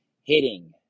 Hitting